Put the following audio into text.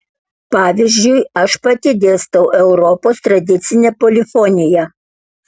pavyzdžiui aš pati dėstau europos tradicinę polifoniją